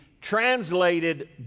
translated